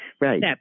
Right